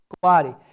body